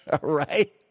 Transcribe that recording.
right